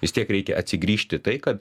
vis tiek reikia atsigrįžti į tai kad